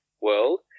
world